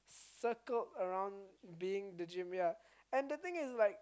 circled around being the gym ya and the thing is like